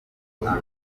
gusa